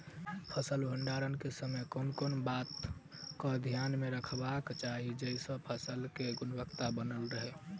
फसल भण्डारण केँ समय केँ कुन बात कऽ ध्यान मे रखबाक चाहि जयसँ फसल केँ गुणवता बनल रहै?